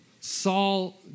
Saul